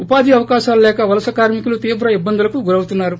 ఉపాధి అవకాశాలు లేక వలస కార్మికులు తీవ్ర ఇబ్బందులకు గురౌతున్నారు